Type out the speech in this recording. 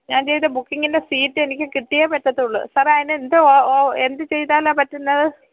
ഞാൻ ചെയ്ത ബുക്കിങിന്റെ സീറ്റ് എനിക്ക് കിട്ടിയെ പറ്റത്തുളളൂ സാറേ അതിന് എന്തുവാ എന്ത് ചെയ്താലാണ് പറ്റുന്നത്